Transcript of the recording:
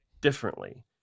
differently